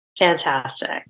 Fantastic